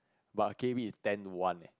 but K_V is ten one eh